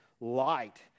light